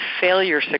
failure